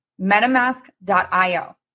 MetaMask.io